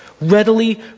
Readily